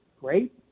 great